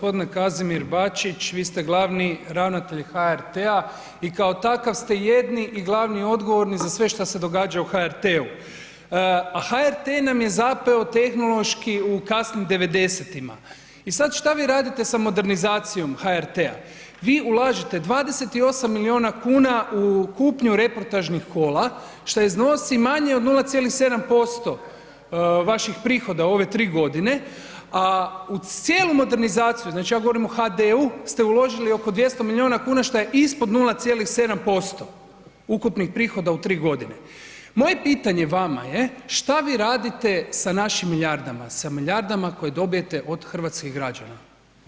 Poštovani g. Kazimir Bačić, vi ste glavni ravnatelj HRT-a i kao takav ste jedini i glavni i odgovorni za sve šta se događa u HRT-u, a HRT nam je zapeo tehnološki u kasnim '90.-tima i sad šta vi radite sa modernizacijom HRT-a, vi ulažete 28 milijuna kuna u kupnju reportažnih kola, šta iznosi manje od 0,7% vaših prihoda u ove 3.g., a u cijelu modernizaciju, znači ja govorim o HD-u ste uložili oko 200 milijuna kuna, šta je ispod 0,7% ukupnih prihoda u 3.g. Moje pitanje vama je šta vi radite sa našim milijardama, sa milijardama koje dobijete od hrvatskih građana?